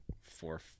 four